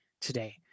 today